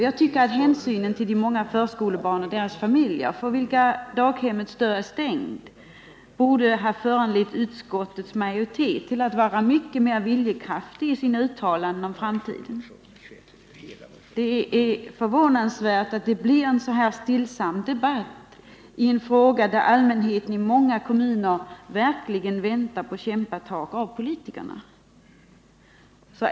Jag tycker att hänsynen till de många familjer med förskolebarn, för vilka daghemmets dörrar är stängda, borde ha föranlett utskottets majoritet att visa en mycket större viljekraft i sina uttalanden om framtiden. Det är förvånansvärt att det blir en så här stillsam debatt i en fråga, i vilken allmänheten i många kommuner verkligen väntar på kämpatag av politikerna.